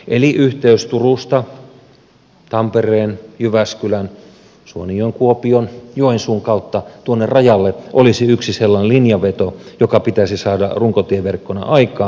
eli yhteys turusta tampereen jyväskylän suonenjoen kuopion joensuun kautta tuonne rajalle olisi yksi sellainen linjanveto joka pitäisi saada runkotieverkkona aikaan